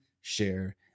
share